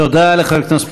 תודה לחבר הכנסת